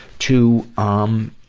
to, um,